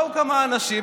באו כמה אנשים,